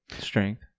Strength